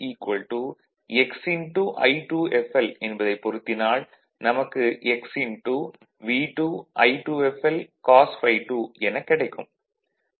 I2fl என்பதைப் பொருத்தினால் நமக்கு x V2 I2fl cos ∅2 எனக் கிடைக்கும்